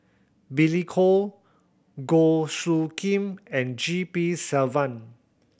Billy Koh Goh Soo Khim and G P Selvam